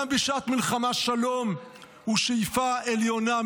גם בשעת מלחמה שלום הוא שאיפה עליונה.